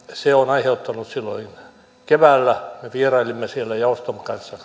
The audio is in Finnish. se on aiheuttanut silloin keväällä me vierailimme siellä jaoston kanssa